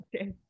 Okay